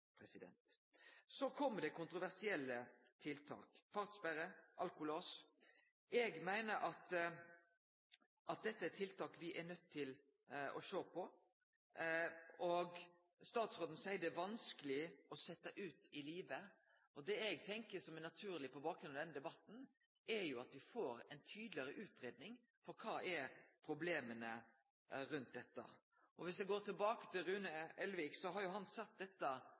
Så kjem det kontroversielle tiltak: fartssperre, alkolås. Eg meiner at dette er tiltak me er nøydde til å sjå på, og statsråden seier det er vanskeleg å setje dei ut i livet. Det eg tenkjer, som er naturleg på bakgrunn av denne debatten, er at me får ei tydelegare utgreiing av kva som er problema rundt dette. Dersom eg går tilbake til Rune Elvik, har han sett dette